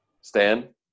Stan